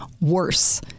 worse